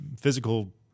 physical